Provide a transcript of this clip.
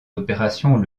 opérations